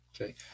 Okay